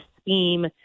scheme